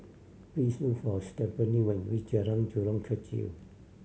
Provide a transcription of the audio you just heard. please look for Stephani when you reach Jalan Jurong Kechil